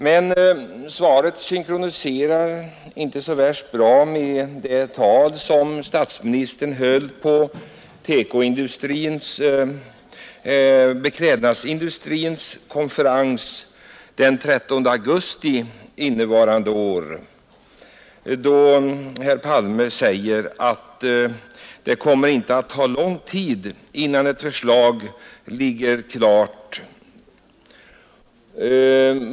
Men svaret synkroniserar inte med det tal som statsministern höll på beklädnadsarbetarnas kongress den 13 augusti innevarande år, då han sade att det inte kommer att ta lång tid innan ett förslag ligger klart.